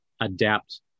adapt